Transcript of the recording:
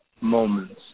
moments